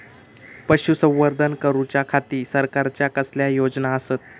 पशुसंवर्धन करूच्या खाती सरकारच्या कसल्या योजना आसत?